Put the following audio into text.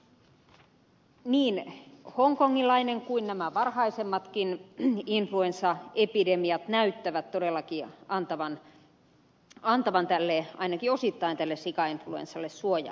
niin hongkongilainen kuin nämä varhaisemmatkin influenssa epidemiat näyttävät todellakin antavan ainakin osittain tälle sikainfluenssalle suojaa